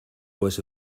was